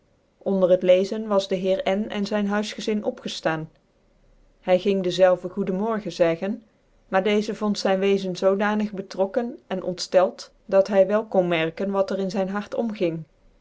onder het lezen was dc heer n cn zyn huifgezin opgeftaan hy ging dezelve goede morgen zeggen maar deeze vond zyn weczen zodanig betrokken en onftcld dat hy wel kon merken wat er in zvn hart omging